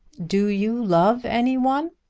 do you love any one?